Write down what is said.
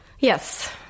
Yes